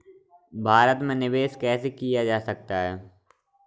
भारत में निवेश कैसे किया जा सकता है?